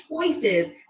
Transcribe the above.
choices